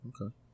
Okay